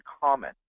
common